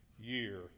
year